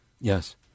yes